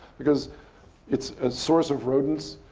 because it's a source of rodents.